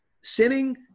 sinning